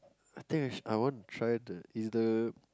the thing is I want to try the